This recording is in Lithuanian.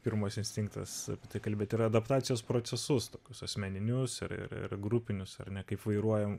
pirmas instinktas apie tai kalbėt ir adaptacijos procesus tokius asmeninius ir ir ir grupinius ar ne kaip vairuojam